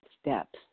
steps